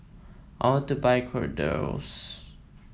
I want to buy Kordel's